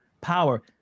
power